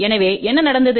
எனவே என்ன நடந்தது